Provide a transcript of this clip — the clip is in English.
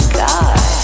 god